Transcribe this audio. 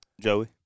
Joey